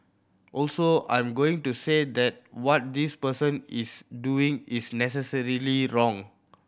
also I'm not going to say that what this person is doing is necessarily wrong